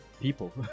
people